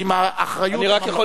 הוא הכניס את זה.